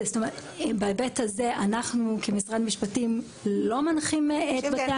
בהיבט הזה אנחנו כמשרד המשפטים לא מנחה את בתי המשפט.